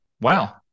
Wow